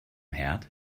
herd